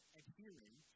adhering